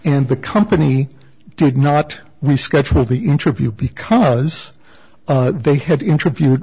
and the company did not we schedule the interview because they had interviewed